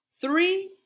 three